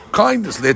kindness